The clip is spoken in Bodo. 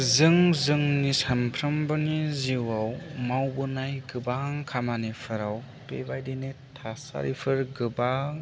जों जोंनि सामफ्रोमबोनि जिउआव मावबोनाय गोबां खामानिफोराव बेबादिनो थासारिफोर गोबां